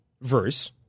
verse